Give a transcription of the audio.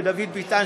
לדוד ביטן,